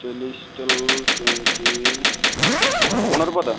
টেলিস্টে twenty পনেরো পাতা